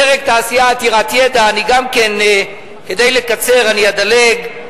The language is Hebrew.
פרק תעשייה עתירת ידע, כדי לקצר אני אדלג.